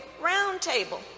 roundtable